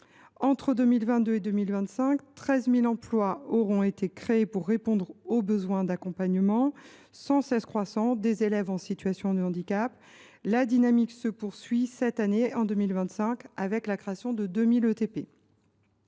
Entre 2022 et 2025, quelque 13 000 emplois auront été créés pour répondre aux besoins d’accompagnement sans cesse croissants des élèves en situation de handicap. La dynamique se poursuit en 2025, avec la création de 2 000